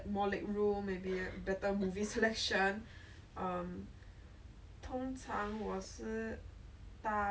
like when it's a shorter plane flight 你每次会想 err 我应该睡觉还是我应该看电影我是应该